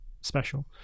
special